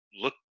look